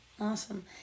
Awesome